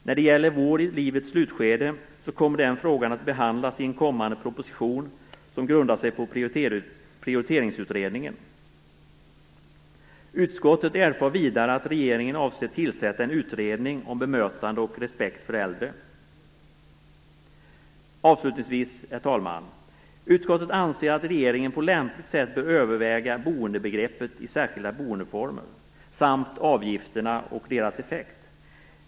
När det gäller vård i livets slutskede kommer den frågan att behandlas i en kommande proposition, som grundar sig på Prioriteringsutredningen. Utskottet erfar vidare att regeringen avser att tillsätta en utredning om bemötande av och respekt för äldre. Avslutningsvis anser utskottet, herr talman, att regeringen på lämpligt sätt bör överväga boendebegreppet i särskilda boendeformer samt avgifterna och deras effekt.